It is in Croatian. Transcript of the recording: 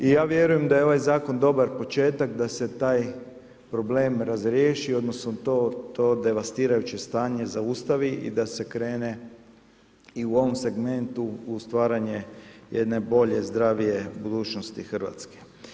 I ja vjerujem da je ovaj zakon dobar početak da se taj problem razriješi odnosno to devastirajuće stanje zaustavi i da se krene i u ovom segmentu u stvaranje jedne bolje, zdravije budućnosti Hrvatske.